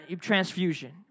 transfusion